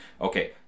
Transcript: Okay